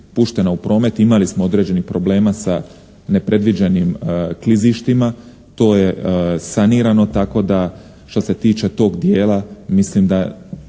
puštena u promet, imali smo određenih problema sa nepredviđenim klizištima. To je sanirano tako da što se tiče tog dijela mislim da